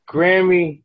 Grammy